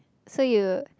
so you